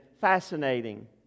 fascinating